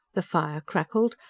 the fire crackled,